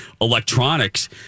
electronics